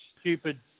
stupid